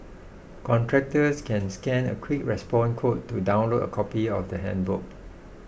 contractors can scan a quick response code to download a copy of the handbook